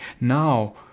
Now